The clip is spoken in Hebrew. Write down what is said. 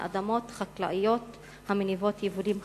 אדמות חקלאיות המניבות יבולים חקלאיים.